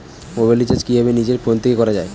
Mobile recharge কিভাবে নিজের phone থেকে করা য়ায়?